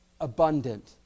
Abundant